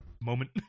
moment